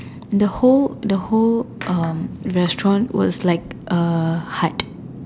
the whole the whole um restaurant was like uh hard